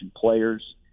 players